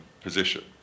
position